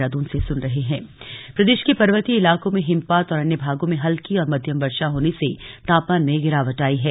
मौसम प्रदेश के पर्वतीय इलाकों में हिमपात और अन्या भागों में हल्की और मध्य म वर्षा होने से तापमान में गिरावट आई है